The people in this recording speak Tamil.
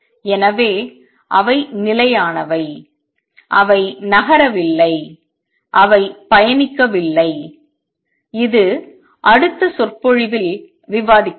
எனவே அவை நிலையானவை அவை நகரவில்லை அவை பயணிக்கவில்லை இது அடுத்த சொற்பொழிவில் விவாதிக்கப்படும்